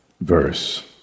verse